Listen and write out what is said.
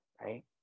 right